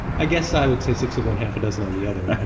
i guess i would say six of one, half a dozen of the other.